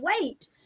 wait